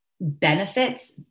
benefits